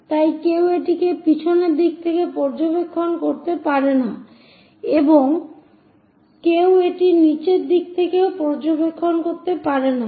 তাই কেউ এটিকে পিছনের দিক থেকে পর্যবেক্ষণ করতে পারে না এবং কেউ এটি নীচের দিক থেকেও পর্যবেক্ষণ করতে পারে না